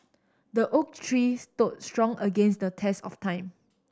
the oak tree stood strong against the test of time